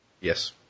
Yes